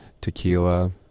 tequila